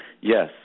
Yes